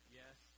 yes